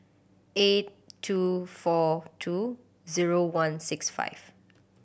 eight two four two zero one six five